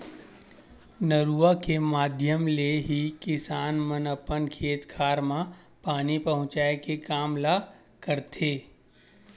नरूवा के माधियम ले ही किसान मन अपन खेत खार म पानी पहुँचाय के काम ल करथे